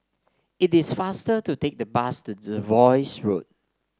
it is faster to take the bus to Jervois Road